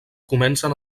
comencen